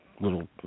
little